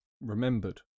remembered